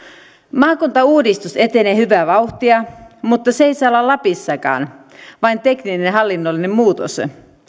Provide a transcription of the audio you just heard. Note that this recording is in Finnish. maakuntauudistus etenee hyvää vauhtia mutta se ei saa olla lapissakaan vain tekninen ja hallinnollinen muutos